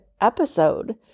episode